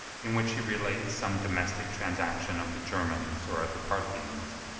in which he relates some domestic transaction of the germans or of the parthians,